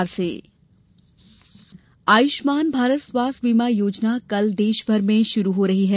आयुष्मान भारत आयुष्मान भारत स्वास्थ्य बीमा योजना कल देश भर में शुरू हो रही है